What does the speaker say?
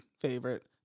favorite